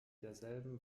derselben